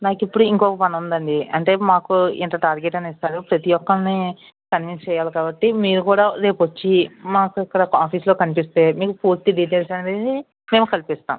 నాకు ఇప్పుడు ఇంకొక పని ఉందండి అంటే మాకు ఇంత టార్గెట్ అని ఇస్తారు ప్రతి ఒక్కరిని కన్వెన్స్ చేయాలి కాబట్టి మీరు కూడా రేపు వచ్చి మాకు ఇక్కడ ఆఫీస్లో కనిపిస్తే మీకు పూర్తి డీటైల్స్ అనేది మేము కల్పిస్తాం